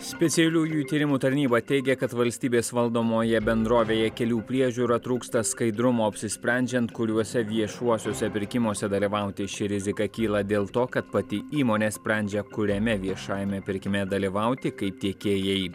specialiųjų tyrimų tarnyba teigia kad valstybės valdomoje bendrovėje kelių priežiūra trūksta skaidrumo apsisprendžiant kuriuose viešuosiuose pirkimuose dalyvauti ši rizika kyla dėl to kad pati įmonė sprendžia kuriame viešajame pirkime dalyvauti kaip tiekėjai